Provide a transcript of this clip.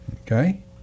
Okay